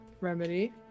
remedy